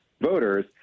voters